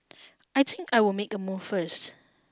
I think I will make a move first